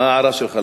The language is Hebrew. מה ההערה שלך?